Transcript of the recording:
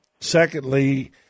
Secondly